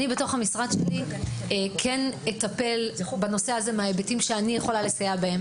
אני אטפל במשרד שלי בנושא הזה מההיבטים בהם אני יכולה לסייע.